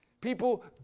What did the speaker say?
People